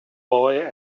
boy